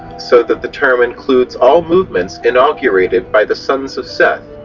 so that the term includes all movements inaugurated by the sons of seth,